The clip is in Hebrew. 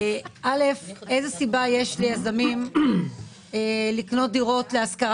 איזה סיבה יש ליזמים לקנות דירות להשכרה